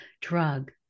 drug